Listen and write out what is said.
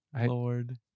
Lord